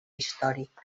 històric